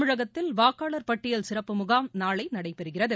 தமிழகத்தில் வாக்காளர் பட்டியல் சிறப்பு முகாம் நாளை நடைபெறுகிறது